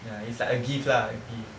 ya it's like a gift lah a gift